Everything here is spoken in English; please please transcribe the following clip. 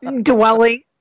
Dwelling